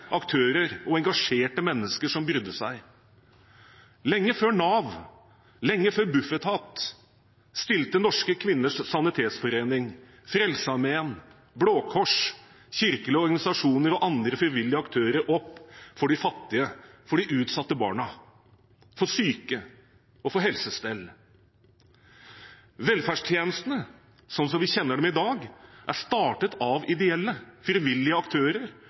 aktører og engasjerte mennesker som brydde seg. Lenge før Nav, lenge før Bufetat, stilte Norske Kvinners Sanitetsforening, Frelsesarmeen, Blå Kors, kirkelige organisasjoner og andre frivillige aktører opp for de fattige, for de utsatte barna, for syke og for helsestell. Velferdstjenestene, slik vi kjenner dem i dag, er startet av ideelle, frivillige aktører